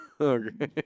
Okay